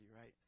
right